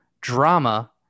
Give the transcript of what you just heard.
drama